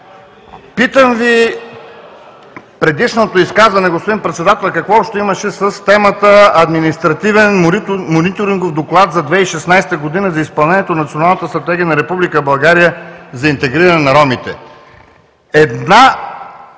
Питам Ви, предишното изказване, господин Председател, какво общо имаше с темата „Административен мориторингов доклад за 2016 г. за изпълнението на Националната стратегия на Република България за интегриране на ромите“?